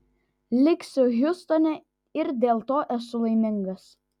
liksiu hjustone ir dėl to esu laimingas